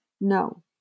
No